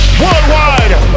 worldwide